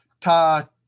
Ta